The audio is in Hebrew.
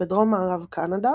בדרום-מערב קנדה,